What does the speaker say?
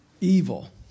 evil